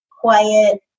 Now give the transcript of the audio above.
quiet